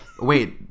Wait